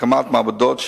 הקמת מעבדות,